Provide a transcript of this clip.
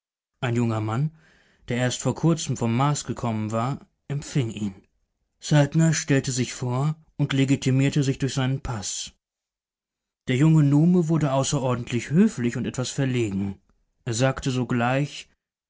ein ganz junger mann der erst vor kurzem vom mars gekommen war empfing ihn saltner stellte sich vor und legitimierte sich durch seinen paß der junge nume wurde außerordentlich höflich und etwas verlegen er sagte sogleich